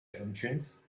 engines